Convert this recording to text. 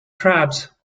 crabs